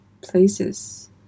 places